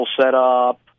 setup